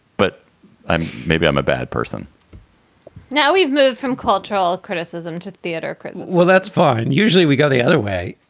but i'm maybe i'm a bad person now we've moved from cultural criticism to theater well, that's fine. usually we go the other way.